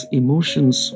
emotions